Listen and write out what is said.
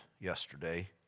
yesterday